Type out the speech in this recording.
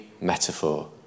metaphor